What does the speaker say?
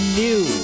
new